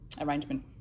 arrangement